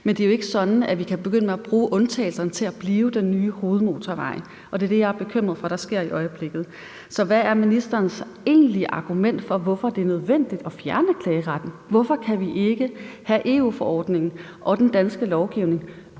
men det er jo ikke sådan, at vi kan begynde at bruge undtagelserne, sådan at de bliver den nye hovedmotorvej. Det er det, jeg er bekymret for sker i øjeblikket. Så hvad er ministerens egentlige argument for, hvorfor det er nødvendigt at fjerne klageretten? Hvorfor kan vi ikke have EU-forordningen og den danske lovgivning